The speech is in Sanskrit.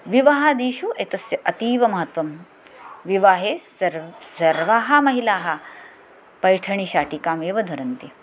विवाहादिषु एतस्य अतीव महत्वं विवाहे सर् सर्वाः महिलाः पैठणीशाटिकामेव धरन्ति